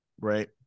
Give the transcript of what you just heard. right